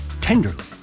tenderly